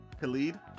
Khalid